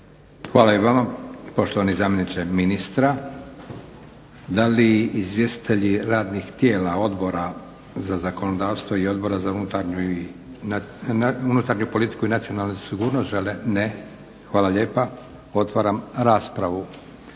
Hvala i vama poštovani zamjeniče ministra. Da li izvjestitelji radnih tijela, Odbora za zakonodavstvo i Odbora za unutarnju politiku i nacionalnu sigurnost žele? Ne. Hvala lijepa. Otvaram raspravu.